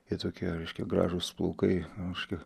jo tokie reiškia gražūs plaukai reiškia